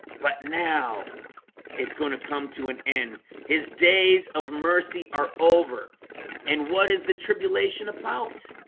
but now it's going to come to an end his days of mercy are over and what is the tribulation about?